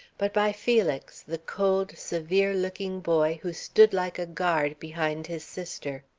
but by felix, the cold, severe-looking boy who stood like a guard behind his sister.